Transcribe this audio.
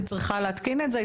היא צריכה להתקין את זה,